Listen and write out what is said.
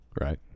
Right